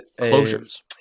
closures